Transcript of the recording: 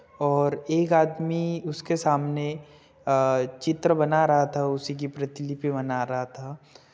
और एक आदमी उसके सामने चित्र बना रहा था उसी की प्रतिलिपी बना रहा था